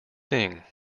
thing